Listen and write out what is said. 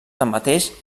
tanmateix